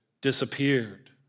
disappeared